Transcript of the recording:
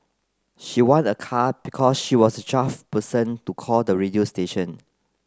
she won a car because she was twelfth person to call the radio station